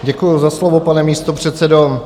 Děkuju za slovo, pane místopředsedo.